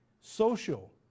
social